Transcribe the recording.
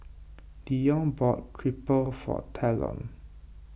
Dion bought Crepe for Talon